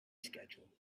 schedule